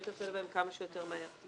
נטפל בהם כמה שיותר מהר.